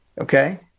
Okay